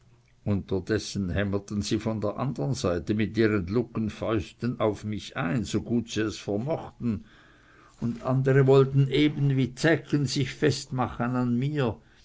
unterdessen hämmerten sie von der andern seite mit ihren luggen fäusten auf mich ein so gut sie es vermochten und andere wollten eben wie zäggen sich festmachen an mir